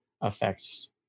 affects